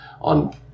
on